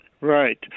Right